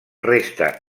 resta